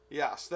yes